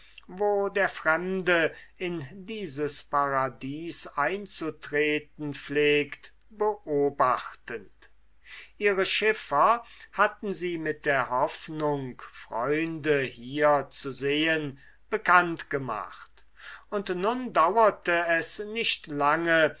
wo der fremde in dieses paradies einzutreten pflegt beobachtend ihre schiffer hatten sie mit der hoffnung freunde hier zu sehen bekannt gemacht und nun dauerte es nicht lange